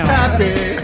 happy